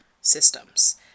systems